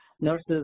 Nurses